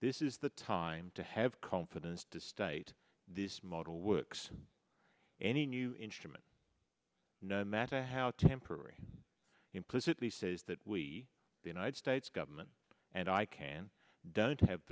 this is the time to have confidence to state this model works any new instrument no matter how temporary implicitly says that we the united states government and i can don't have